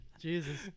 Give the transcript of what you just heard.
Jesus